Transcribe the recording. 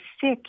sick